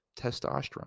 testosterone